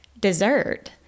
dessert